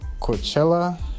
Coachella